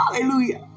hallelujah